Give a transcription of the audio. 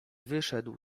wyszedł